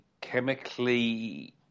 chemically